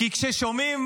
כי כששומעים